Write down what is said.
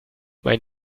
mein